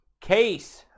case